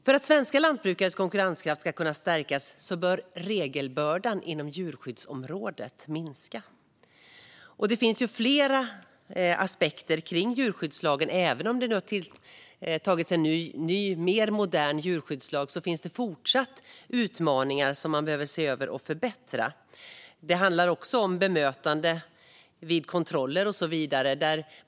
För att svenska lantbrukares konkurrenskraft ska kunna stärkas bör regelbördan inom djurskyddsområdet minska. Det finns flera aspekter på djurskyddslagen. Även om det nu har antagits en ny och modernare djurskyddslag finns det fortsatt utmaningar som man behöver se över och förbättra. Det handlar också om bemötande vid kontroller och så vidare.